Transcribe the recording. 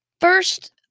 First